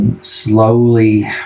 slowly